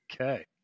Okay